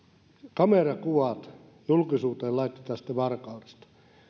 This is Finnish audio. kamerakuvat julkisuuteen tällaisesta varkaudesta